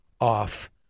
off